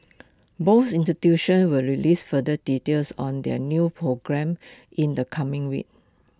both institutions will release further details on their new programmes in the coming week